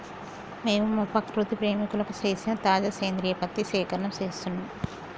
మేము మా ప్రకృతి ప్రేమికులకు సేసిన తాజా సేంద్రియ పత్తి సేకరణం సేస్తున్నం